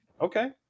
Okay